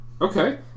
Okay